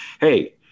hey